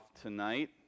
tonight